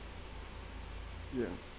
ya